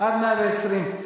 עד מאה-ועשרים.